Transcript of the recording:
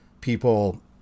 people